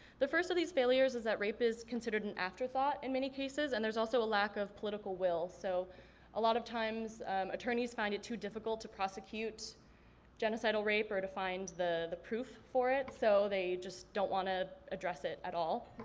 the first of these failures is that rape is considered an after thought in many cases and there's also a lack of political will. so a lot of times attorneys find it too difficult to prosecute genocidal rape or to find the the proof for it, so they just don't want to address it at all.